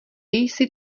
jsi